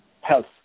health